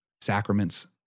sacraments